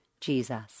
Jesus